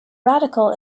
radical